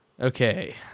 Okay